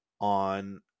on